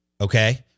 Okay